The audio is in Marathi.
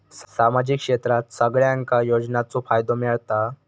सामाजिक क्षेत्रात सगल्यांका योजनाचो फायदो मेलता?